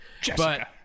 Jessica